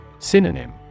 Synonym